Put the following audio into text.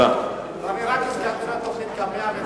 רק הזכרתי לו את תוכנית המאה.